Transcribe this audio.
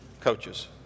coaches